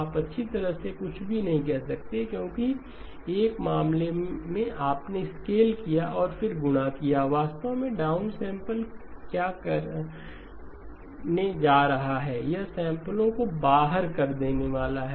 आप अच्छी तरह से कुछ भी नहीं कह सकते क्योंकि एक मामले में आपने स्केल किया और फिर गुणा किया वास्तव में डाउन सैंपलर क्या करने जा रहा है यह सैंपलो को बाहर देने वाला है